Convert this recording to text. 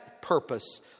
purpose